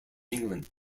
england